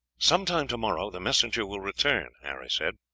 some time tomorrow the messenger will return, harry said.